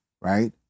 right